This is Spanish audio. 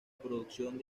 producción